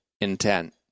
intent